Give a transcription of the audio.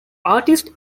artist